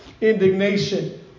indignation